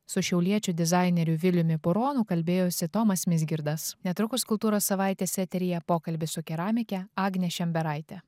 su šiauliečiu dizaineriu viliumi puronu kalbėjosi tomas mizgirdas netrukus kultūros savaitės eteryje pokalbis su keramike agne šemberaite